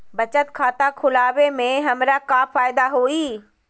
बचत खाता खुला वे में हमरा का फायदा हुई?